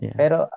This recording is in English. pero